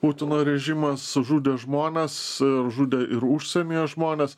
putino režimas žudė žmones žudė ir užsienyje žmones